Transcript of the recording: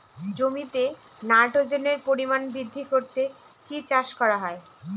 জমিতে নাইট্রোজেনের পরিমাণ বৃদ্ধি করতে কি চাষ করা হয়?